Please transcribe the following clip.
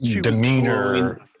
demeanor